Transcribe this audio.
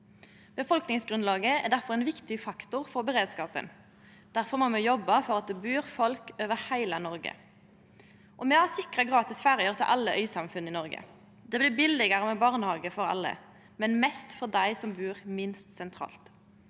Befolkningsgrunnlaget er difor ein viktig faktor for beredskapen. Difor må me jobbe for at det bur folk over heile Noreg. Me har sikra gratis ferjer til alle øysamfunn i Noreg. Det blir billegare barnehage for alle, men mest for dei som bur minst sentralt.